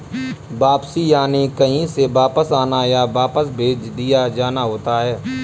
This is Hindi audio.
वापसी यानि कहीं से वापस आना, या वापस भेज दिया जाना होता है